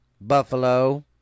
Buffalo